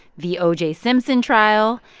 the o j. simpson trial.